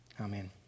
Amen